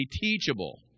teachable